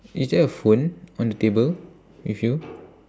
is there a phone on the table with you